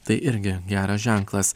tai irgi geras ženklas